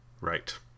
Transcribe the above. Right